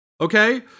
Okay